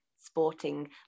sporting